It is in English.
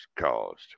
caused